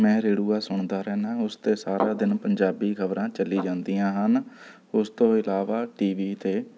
ਮੈਂ ਰੇਡੁਆ ਸੁਣਦਾ ਰਹਿੰਦਾ ਉਸ 'ਤੇ ਸਾਰਾ ਦਿਨ ਪੰਜਾਬੀ ਖ਼ਬਰਾਂ ਚੱਲੀ ਜਾਂਦੀਆਂ ਹਨ ਉਸ ਤੋਂ ਇਲਾਵਾ ਟੀ ਵੀ 'ਤੇ